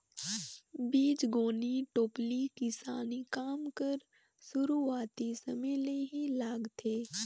बीजगोनी टोपली किसानी काम कर सुरूवाती समे ले ही लागथे